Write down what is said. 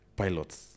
pilots